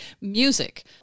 music